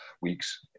weeks